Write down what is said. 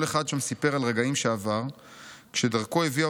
כל אחד שם סיפר על רגעים שעבר כשדרכו הביאה